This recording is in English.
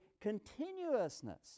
continuousness